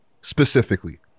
specifically